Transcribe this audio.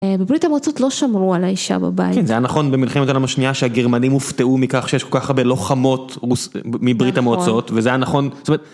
בברית המועצות לא שמרו על האישה בבית. כן, זה היה נכון במלחמת העולם השנייה שהגרמנים הופתעו מכך שיש כל כך הרבה לוחמות מברית המועצות וזה היה נכון.